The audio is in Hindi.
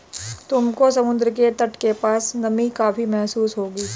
तुमको समुद्र के तट के पास नमी काफी महसूस होगी